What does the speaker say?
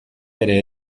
ere